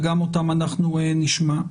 וגם אותם אנחנו נשמע.